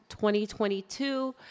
2022